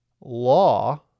law